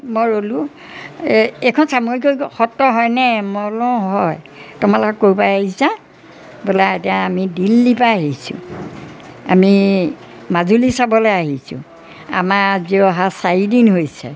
মই ৰ'লোঁ এই এইখন চামগুৰি সত্ৰ হয়নে মই বোলো অঁ হয় তোমালোক ক'ৰপৰা আহিছা বোলে আইতা আমি দিল্লীৰপৰা আহিছোঁ আমি মাজুলী চাবলৈ আহিছোঁ আমাৰ আজি অহা চাৰিদিন হৈছে